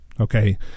Okay